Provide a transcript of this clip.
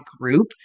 group